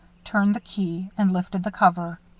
turned the key, and lifted the cover.